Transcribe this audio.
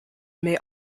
may